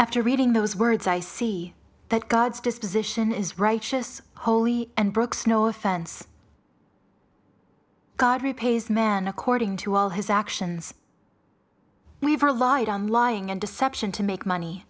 after reading those words i see that god's disposition is righteous holy and brooks no offense god repays man according to all his actions we've relied on lying and deception to make money